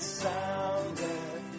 sounded